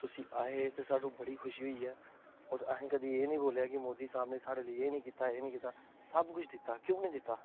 तुसी आए ते सानू बड़ी खुशी होई ऐ होर असें कदें एह् नी बोलेआ कि मोदी साहब ने साढ़े लेई एह् नी कीता एह् नी कीता सब कुछ दित्ता क्यों नी दित्ता